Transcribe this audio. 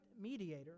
mediator